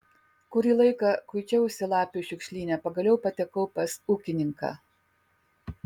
kurį laiką kuičiausi lapių šiukšlyne pagaliau patekau pas ūkininką